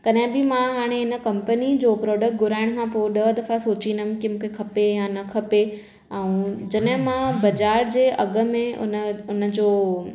कॾहिं बि मां हाणे इन कम्पनी जो प्रॉडक्ट घुराइण खे पोइ ॾह द्फ़ा सोचींदमि की मूंखे खपे या न खपे ऐं जॾहिं मां बाज़ारि जे अघ मे उन उन जो